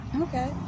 okay